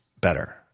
better